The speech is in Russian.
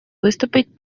выступить